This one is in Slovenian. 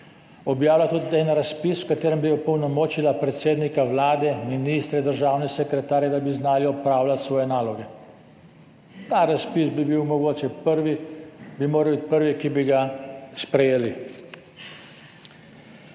objavila tudi en razpis, s katerim bi opolnomočila predsednika Vlade, ministre, državne sekretarje, da bi znali opravljati svoje naloge. Ta razpis bi mogoče moral biti prvi, ki bi ga sprejeli.